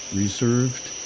reserved